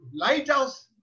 lighthouse